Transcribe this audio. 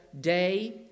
Day